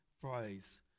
phrase